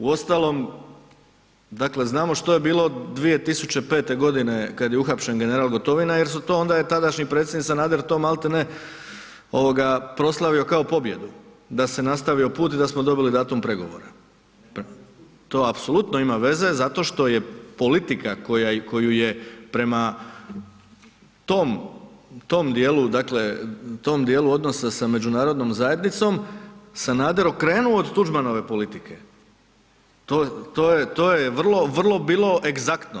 Uostalom, dakle znamo što je bilo 2005. kad je uhapšen general Gotovina jer onda je tadašnji predsjednik Sanader to malti ne. proslavio kao pobjedu, da se nastavio put i da smo dobili datum pregovora. … [[Upadica sa strane, ne razumije se.]] To apsolutno ima veze zato što je politika koju je prema tom djelu odnosa da međunarodnom zajednicom, Sanader okrenuo od Tuđmanove politike, to je vrlo bilo egzaktno.